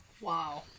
Wow